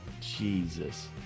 Jesus